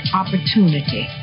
opportunity